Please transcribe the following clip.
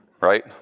right